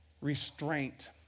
Restraint